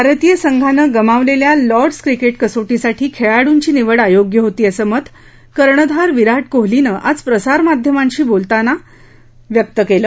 भारतीय संघानं गमावलेल्या लॉर्डस् क्रिकेट कसोटीसाठी खेळाडूंची निवड अयोग्य होती असं मत कर्णधार विराट कोहलीनं आज प्रसारमाध्यमांशी बोलताना व्यक्त केलं